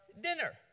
dinner